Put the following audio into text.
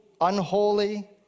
unholy